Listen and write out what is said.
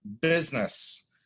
business